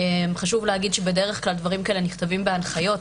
חשוב להגיד שבדרך כלל דברים כאלה נכתבים בהנחיות,